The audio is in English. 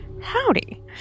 Howdy